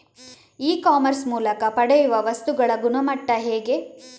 E commerce ಮೂಲಕ ಪಡೆಯುವ ವಸ್ತುಗಳ ಗುಣಮಟ್ಟ ಹೇಗೆ?